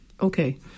Okay